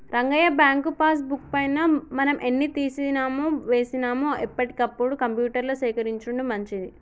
Rangayya bank passbook పైన మనం ఎన్ని తీసినామో వేసినాము ఎప్పటికప్పుడు కంప్యూటర్ల సేకరించుకొనుడు మంచిది